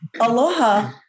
aloha